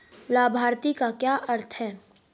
लाभार्थी का क्या अर्थ है?